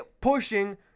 pushing